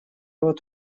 вот